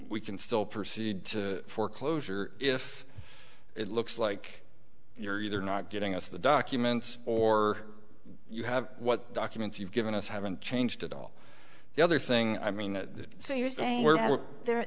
we can still proceed to foreclosure if it looks like you're either not giving us the documents or you have what documents you've given us haven't changed at all the other thing i mean that so you're saying we're not there